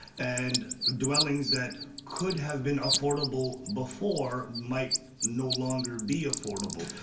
and dwellings that could have been affordable before might no longer be affordable.